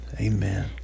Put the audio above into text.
Amen